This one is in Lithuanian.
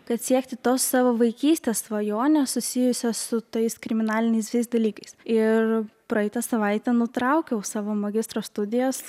kad siekti tos savo vaikystės svajonės susijusios su tais kriminaliniais dalykais ir praeitą savaitę nutraukiau savo magistro studijas